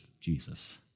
Jesus